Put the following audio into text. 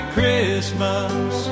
Christmas